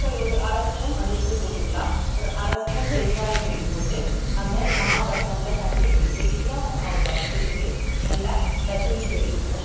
இப்போ ஒரு அரை ஸ்பூன் மஞ்சள்தூள் போட்டுக்கலாம் ஒரு அரை ஸ்பூன் பெருங்காயப் பொடி போட்டு அந்த மாவை நல்லா தண்ணீர் விட்டு இடியாப்ப மாவு பதத்திற்கு நல்லா பிசஞ்சி எடுத்துக்கணும்